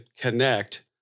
connect